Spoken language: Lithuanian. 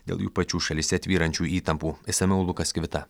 dėl jų pačių šalyse tvyrančių įtampų išsamiau lukas kivita